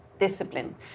discipline